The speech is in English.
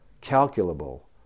calculable